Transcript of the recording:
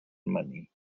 money